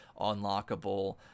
unlockable